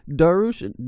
Darush